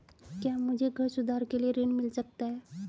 क्या मुझे घर सुधार के लिए ऋण मिल सकता है?